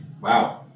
Wow